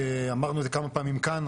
אמרנו את זה כמה פעמים כאן,